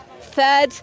third